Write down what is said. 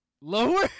Lower